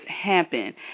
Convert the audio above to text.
happen